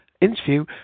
interview